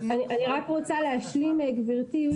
אני רק רוצה להשלים, גברתי.